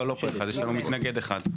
לא פה אחד, יש לנו מתנגד אחד.